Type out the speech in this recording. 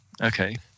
Okay